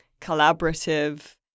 collaborative